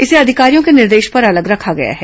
इसे अधिकारियों के निर्देश पर अलग रखा गया है